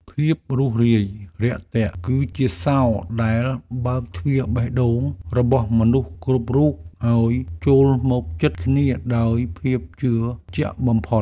ភាពរួសរាយរាក់ទាក់ គឺជាសោរដែលបើកទ្វារបេះដូងរបស់មនុស្សគ្រប់រូបឱ្យចូលមកជិតគ្នាដោយភាពជឿជាក់បំផុត។